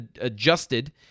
adjusted